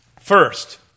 First